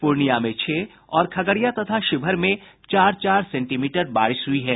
पूर्णियां में छह और खगड़िया तथा शिवहर में चार चार सेंटीमीटर बारिश हुई है